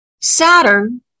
Saturn